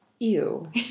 Ew